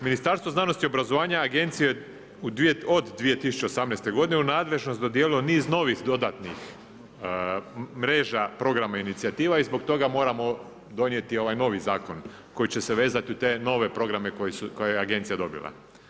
Ministarstvo znanosti i obrazovanja i agencije od 2018. godine u nadležnost je dodijelilo niz novih dodatnih mreža, programa i inicijativa i zbog toga moramo donijeti ovaj novi zakon koji će se vezati u te nove programe koje je agencija dobila.